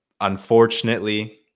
unfortunately